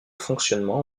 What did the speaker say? fonctionnement